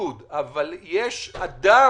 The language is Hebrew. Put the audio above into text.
לבידוד אבל יש אדם